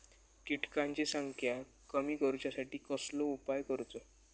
किटकांची संख्या कमी करुच्यासाठी कसलो उपाय करूचो?